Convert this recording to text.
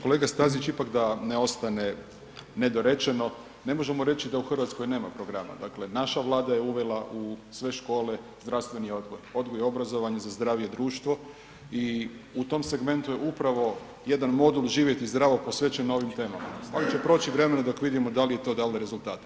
Kolega Stazić, ipak da ne ostane nedorečeno, ne možemo reći da u Hrvatskoj nema programa, dakle naša Vlada je uvela u sve škole zdravstveni odgoj i obrazovanje za zdravije društvo i u tom segmentu je upravo jedan modul „Živjeti zdravo“ posvećen ovim temama ali će proći vremena dok vidimo da li je to dalo rezultata.